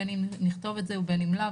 בין אם נכתוב את זה ובין אם לאו,